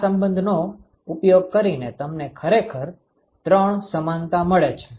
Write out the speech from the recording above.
આ સંબંધનો ઉપયોગ કરીને તમને ખરેખર 3 સમાનતા મળે છે